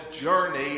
journey